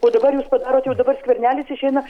o dabar jūs padarot jau dabar skvernelis išeina